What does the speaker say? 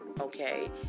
okay